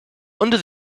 under